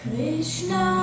Krishna